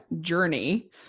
journey